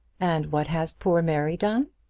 and what has poor mary done?